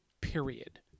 period